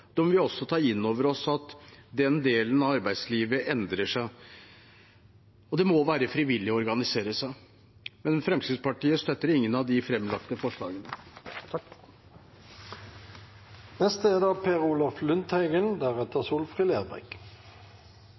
da må vi også ta inn over oss at den delen av arbeidslivet endrer seg. Og det må være frivillig å organisere seg. Fremskrittspartiet støtter ingen av de fremlagte forslagene. Jeg vil først ta opp de forslag som Senterpartiet fremmer i innstillingen. Det er